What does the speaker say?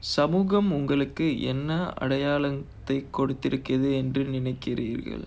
சமூகம் உங்களுக்கு என்ன அடையாளத்தை கொடுத்து இருக்குது என்று நினைக்குறீர்கள்:samoogam ungalukku enna adaiyaalathai koduthu irukkuthu endru ninaikkureergal